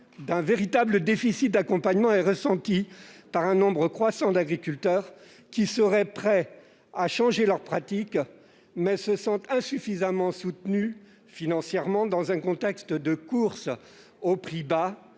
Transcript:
d'un véritable déficit d'accompagnement est ressenti par un nombre croissant d'agriculteurs, qui seraient prêts à changer leurs pratiques, mais qui se sentent insuffisamment soutenus financièrement, dans un contexte de course aux prix bas